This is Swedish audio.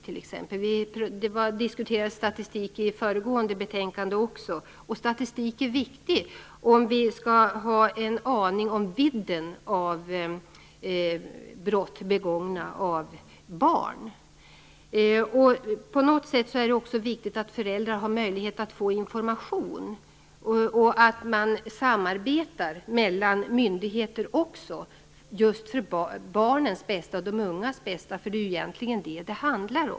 Statistik diskuterades även i föregående betänkande. Statistik är viktigt om vi skall ha en aning om vidden av brott begångna av barn. På något sätt är det också viktigt att föräldrar har möjlighet att få information och att man samarbetar även mellan myndigheter, just för barnens och de ungas bästa. Det handlar ju egentligen om det.